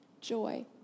joy